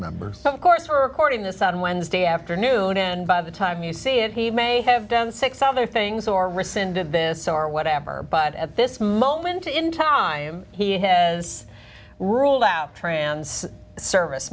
members of course we're recording this on wednesday afternoon and by the time you see it he may have done six other eight things or rescinded this are whatever but at this moment in time he has ruled out trans service